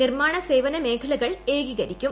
നിർമ്മാണ സേവന മേഖലകൾ ഏകീകരിക്കും